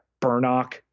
Burnock